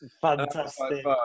Fantastic